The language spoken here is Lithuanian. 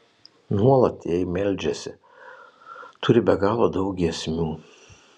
nuolat jai meldžiasi turi be galo daug giesmių